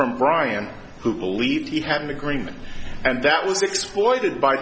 from brian who believed he had an agreement and that was exploited by